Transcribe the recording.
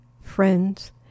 friends